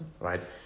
right